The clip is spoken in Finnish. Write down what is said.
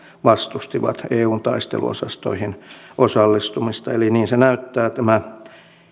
vastustivat eun taisteluosastoihin osallistumista eli niin se näyttää tämä